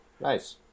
Nice